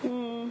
uh